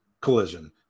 collision